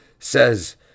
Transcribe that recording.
says